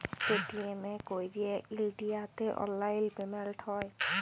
Paytm এ ক্যইরে ইলডিয়াতে অললাইল পেমেল্ট হ্যয়